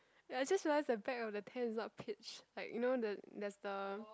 ya I just realise the back of the tent is not pitch like you know the there's the